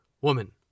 woman